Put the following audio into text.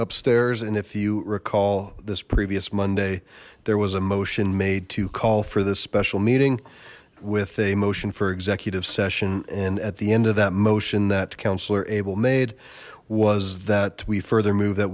upstairs and if you recall this previous monday there was a motion made to call for this special meeting with a motion for executive session and at the end of that motion that councilor abel made was that we further move that